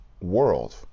world